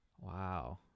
Wow